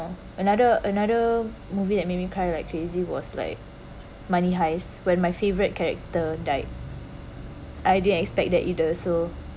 another another movie that made me cry like crazy was like money heist when my favourite character died I didn't expect that either so